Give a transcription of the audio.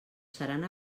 seran